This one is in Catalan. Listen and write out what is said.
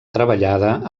treballada